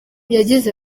yagize